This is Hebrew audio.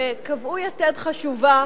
וקבעו יתד חשובה